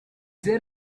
there